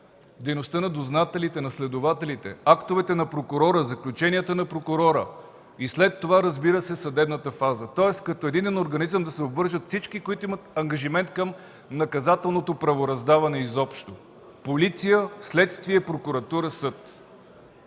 дейността на дознателите, на следователите, актовете на прокурора, заключенията на прокурора и след това, разбира се, съдебната фаза. Тоест като единен организъм да се обвържат всички, които имат ангажимент към наказателното правораздаване изобщо – полиция, следствие, прокуратура, съд.